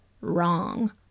wrong